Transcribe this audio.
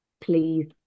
Please